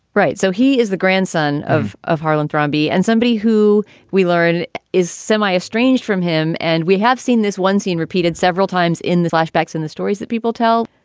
right so he is the grandson of of harlan driveby and somebody who we learned is semi estranged from him. and we have seen this one scene repeated several times in the flashbacks, in the stories that people tell.